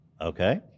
Okay